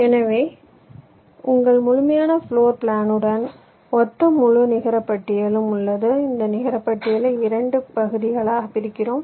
எனவே உங்கள் முழுமையான ஃப்ளோர் பிளானுடன் ஒத்த முழு நிகரப்பட்டியலும் உள்ளது இந்த நிகரப்பட்டியலை இரண்டு பகுதிகளாகப் பிரிக்கிறோம்